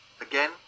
again